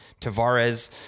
Tavares